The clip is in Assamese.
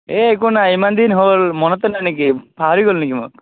এই একো নাই ইমান দিন হ'ল মনতে নাই নেকি পাহৰি গ'ল নেকি মোক